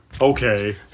okay